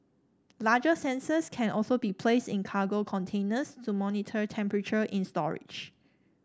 larger sensors can also be placed in cargo containers to monitor temperature in storage